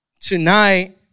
tonight